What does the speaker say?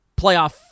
playoff